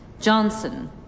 Johnson